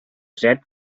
set